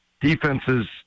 defenses